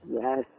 Yes